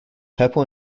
purple